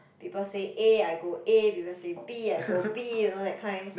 people say A I go A people say B I go B you know that kind